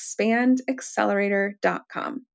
expandaccelerator.com